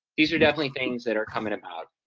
these are definitely things that are coming about.